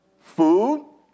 food